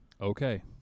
Okay